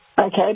okay